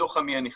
בתוך עמי אני חי.